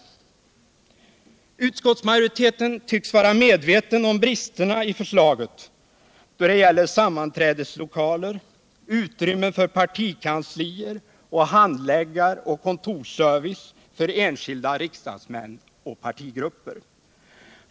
Utskottsmajoriteten tycks vara medveten om bristerna i förslaget då det gäller sammanträdeslokaler, utrymmen för partikanslier samt handläggaroch kontorsservice för enskilda riksdagsmän och partigrupper.